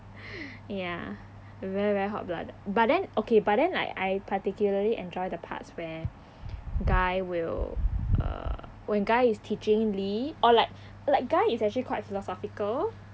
ya very very hot blooded but then okay but then like I particularly enjoy the parts where guy will uh when guy is teaching lee or like like guy is actually quite philosophical